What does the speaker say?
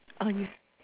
ah yes